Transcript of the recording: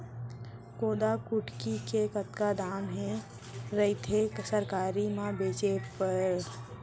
कोदो कुटकी के कतका दाम ह रइथे सरकारी म बेचे बर?